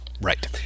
Right